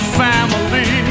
family